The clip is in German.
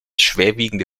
schwerwiegende